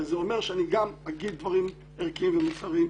וזה אומר שאני גם אגיד דברים ערכיים ומוסריים,